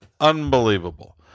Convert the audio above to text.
Unbelievable